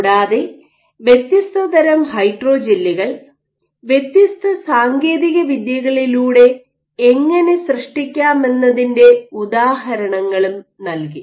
കൂടാതെ വ്യത്യസ്ത തരം ഹൈഡ്രോജെല്ലുകൾ വ്യത്യസ്ത സാങ്കേതിക വിദ്യകളിലൂടെ എങ്ങനെ സൃഷ്ടിക്കാമെന്നതിന്റെ ഉദാഹരണങ്ങളും നൽകി